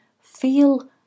feel